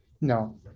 No